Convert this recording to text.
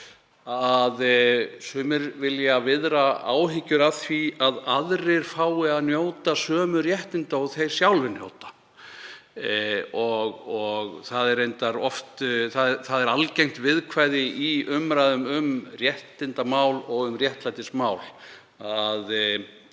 að sumir vilja viðra áhyggjur af því að aðrir fái að njóta sömu réttinda og þeir sjálfir njóta. Það er algengt viðkvæði í umræðum um réttindamál og um réttlætismál